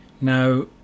Now